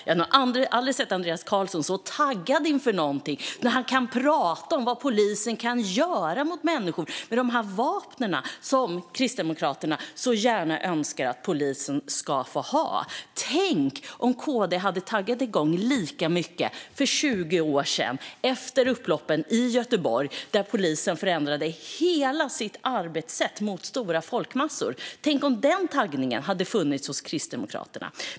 Jag har nog aldrig sett Andreas Carlson så taggad inför någonting som när han pratar om vad polisen kan göra mot människor med dessa vapen som Kristdemokraterna så gärna önskar att polisen ska få ha. Tänk om KD hade taggat igång lika mycket för 20 år sedan efter upploppen i Göteborg där polisen förändrade hela sitt arbetssätt mot stora folkmassor! Tänk om den taggningen hade funnits hos Kristdemokraterna!